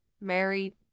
married